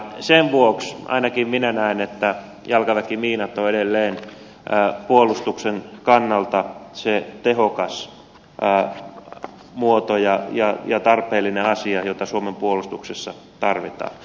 sen vuoksi ainakin minä näen että jalkaväkimiinat ovat edelleen puolustuksen kannalta se tehokas muoto ja tarpeellinen asia jota suomen puolustuksessa tarvitaan